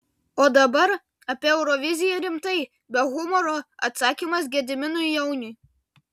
o dabar apie euroviziją rimtai be humoro atsakymas gediminui jauniui